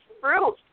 fruit